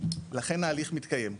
לכן ההליך מתקיים.